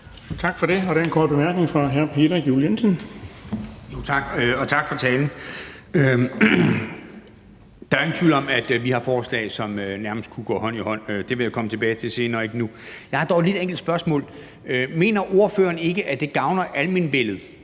Tak for det. Der er en kort bemærkning fra hr. Peter Juel-Jensen. Kl. 14:08 Peter Juel-Jensen (V): Tak. Og tak for talen. Der er ingen tvivl om, at vi har forslag, som nærmest kunne gå hånd i hånd – det vil jeg komme tilbage til senere og ikke tale om nu. Jeg har dog lige et enkelt spørgsmål: Mener ordføreren ikke, at det gavner almenvellet,